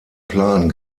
plan